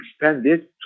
expanded